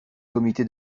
comité